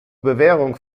bewährung